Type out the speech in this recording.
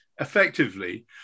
effectively